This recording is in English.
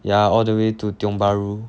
ya all the way to tiong bahru